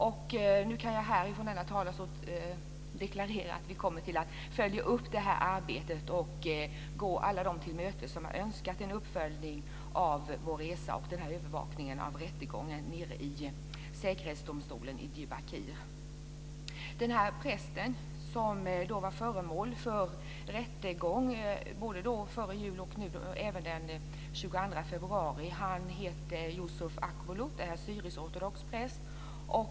Jag kan nu här deklarera att vi kommer att följa upp arbetet och gå alla dem till mötes som har önskat en uppföljning av vår resa och övervakning av rättegången i säkerhetsdomstolen i Diyarbakir. Den präst som var föremål för rättegång före jul och också blir det den 22 februari heter Yusuf Akbulut. Han är syrisk-ortodox präst.